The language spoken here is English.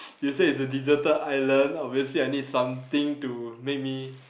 you say it's a deserted island obviously I need something to make me